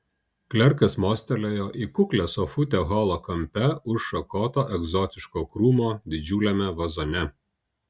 klerkas mostelėjo į kuklią sofutę holo kampe už šakoto egzotiško krūmo didžiuliame vazone